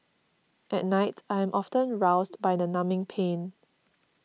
at night I am often roused by the numbing pain